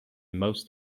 most